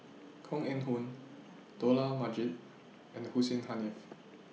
Koh Eng Hoon Dollah Majid and Hussein Haniff